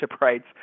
rights